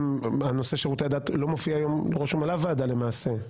נושא שירותי הדת לא רשום על אף ועדה למעשה,